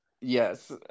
Yes